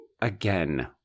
Again